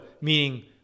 meaning